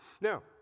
Now